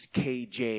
kj